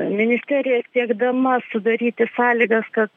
ministerija siekdama sudaryti sąlygas kad